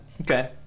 Okay